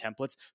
templates